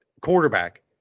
quarterback